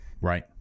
right